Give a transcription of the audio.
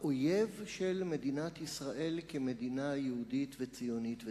האויב של מדינת ישראל כמדינה יהודית וציונית ודמוקרטית.